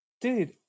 dude